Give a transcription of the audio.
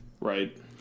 Right